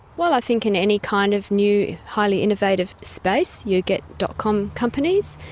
well, i think in any kind of new highly innovative space you get dot. com companies,